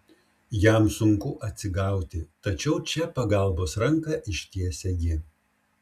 jam sunku atsigauti tačiau čia pagalbos ranką ištiesia ji